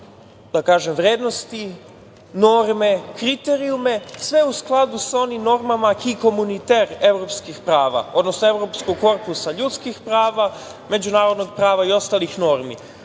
da kažem, vrednosti norme, kriterijume, sve u skladu sa normama evropskih prava, odnosno evropskog korpusa ljudskih prava, međunarodnog prava i ostalih